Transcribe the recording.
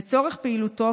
לצורך פעילותו,